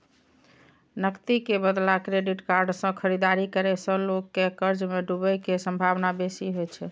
नकदी के बदला क्रेडिट कार्ड सं खरीदारी करै सं लोग के कर्ज मे डूबै के संभावना बेसी होइ छै